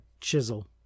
chisel